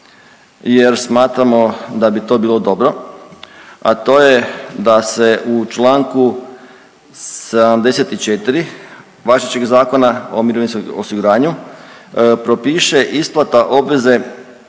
jer smatramo da bit to bilo dobro, a to je da se u čl. 74 važećeg Zakona o mirovinskom osiguranju propiše isplata obveze